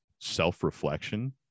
self-reflection